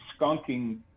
skunking